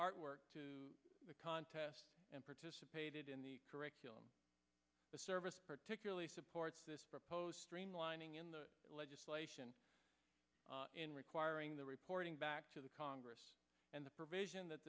artwork to the contest and participated in the curriculum service particularly supports this proposed streamlining in the legislation in requiring the reporting back to the congress and the provision that